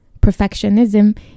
perfectionism